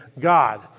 God